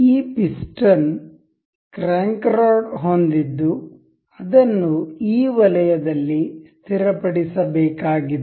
ಈ piston crank rod ಹೊಂದಿದ್ದು ಅದನ್ನು ಈ ವಲಯದಲ್ಲಿ ಸ್ಥಿರಪಡಿಸಬೇಕಾಗಿದೆ